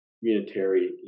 unitary